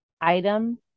item